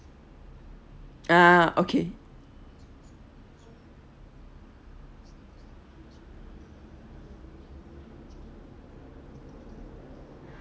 ah okay